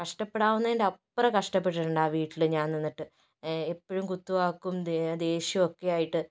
കഷ്ട്ടപ്പെടാവുന്നതിൻ്റെ അപ്പുറം കഷ്ട്ടപ്പെട്ടിട്ടുണ്ട് ആ വീട്ടില് ഞാൻ നിന്നിട്ട് എപ്പഴും കുത്തുവാക്കും ദേ ദേഷ്യവും ഒക്കെയായിട്ട്